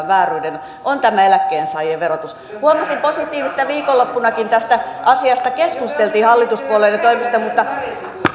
vääryyden on tämä eläkkeensaajien verotus huomasin positiivisena että viikonloppunakin tästä asiasta keskusteltiin hallituspuolueiden toimesta mutta